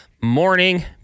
morning